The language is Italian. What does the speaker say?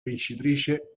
vincitrice